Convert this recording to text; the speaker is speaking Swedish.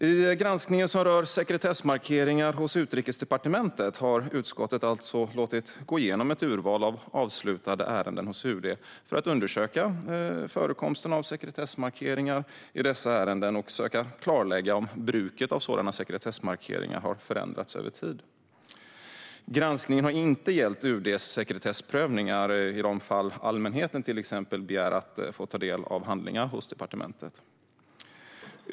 I den granskning som rör sekretessmarkeringar hos Utrikesdepartementet har utskottet alltså låtit gå igenom ett urval av avslutade ärenden hos UD för att undersöka förekomsten av sekretessmarkeringar i dessa ärenden och söka klarlägga om bruket av sådana sekretessmarkeringar har förändrats över tid. Granskningen har inte gällt UD:s sekretessprövningar i de fall allmänheten till exempel begär att få ta del av handlingar hos departementet.